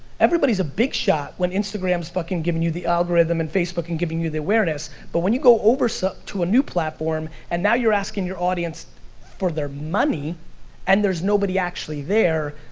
everybody's a big shot when instagram's fucking giving you the algorithm and facebook is and giving you the awareness, but when you go over so to a new platform and now you're asking your audience for their money and there's nobody actually there,